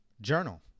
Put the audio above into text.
journal